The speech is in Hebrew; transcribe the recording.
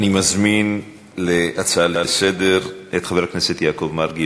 אני מזמין להצעה לסדר-היום את חבר הכנסת יעקב מרגי,